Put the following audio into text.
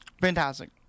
fantastic